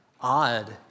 odd